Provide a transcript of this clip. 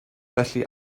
felly